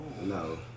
No